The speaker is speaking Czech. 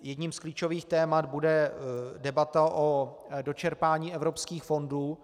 Jedním z klíčových témat bude debata o dočerpání evropských fondů.